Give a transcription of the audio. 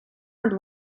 над